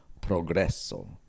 Progresso